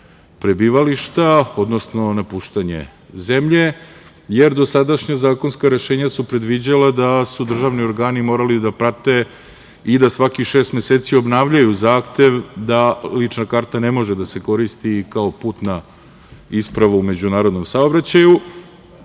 prebivališta, odnosno napuštanje zemlje, jer dosadašnja zakonska rešenja su predviđala da su državni organi morali da prate i da svakih šest meseci obnavljaju zahtev da lična karta ne može da se koristi kao putna isprava u međunarodnom saobraćaju. Sada